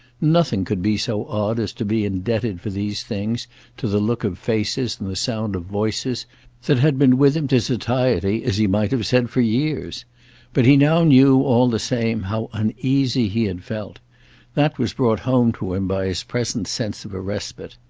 nothing could be so odd as to be indebted for these things to the look of faces and the sound of voices that had been with him to satiety, as he might have said, for years but he now knew, all the same, how uneasy he had felt that was brought home to him by his present sense of a respite.